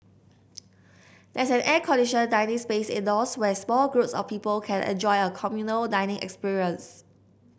there's an air conditioned dining space indoors where small groups of people can enjoy a communal dining experience